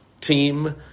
team